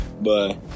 Bye